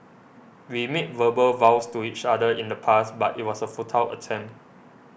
we made verbal vows to each other in the past but it was a futile attempt